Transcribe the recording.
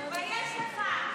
תתבייש לך.